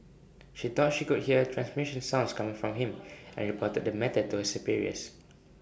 she thought she could hear transmission sounds coming from him and reported the matter to her superiors